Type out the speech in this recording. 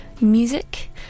music